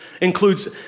includes